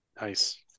Nice